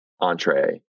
entree